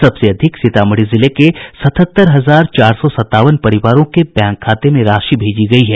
सबसे अधिक सीतामढ़ी जिले के सतहत्तर हजार चार सौ सतावन परिवारों के बैंक खाते में राशि भेजी गयी है